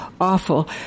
awful